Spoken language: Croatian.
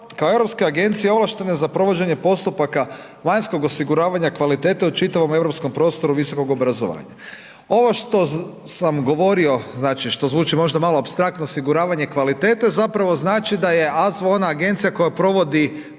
kao europske agencije ovlaštene za provođenje postupaka vanjskog osiguravanja kvalitete u čitavom europskom prostoru visokog obrazovanja. Ovo što sam govorio, znači što zvuči možda malo apstraktno, osiguravanja kvalitete, zapravo znači da je AZVO ona agencija koja provodi